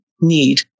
Need